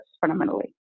fundamentally